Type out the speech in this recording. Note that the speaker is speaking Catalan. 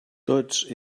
tots